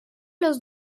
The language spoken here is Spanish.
los